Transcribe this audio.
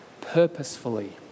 purposefully